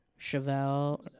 Chevelle